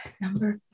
number